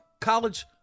college